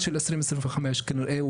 אגירה.